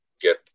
get